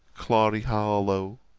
clary harlowe,